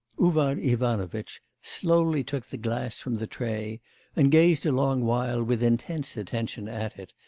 uvar ivanovitch slowly took the glass from the tray and gazed a long while with intense attention at it,